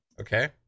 Okay